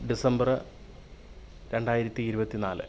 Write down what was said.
December രണ്ടായിരത്തി ഇരുപത്തി നാല്